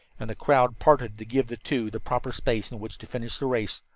and the crowd parted to give the two the proper space in which to finish the race.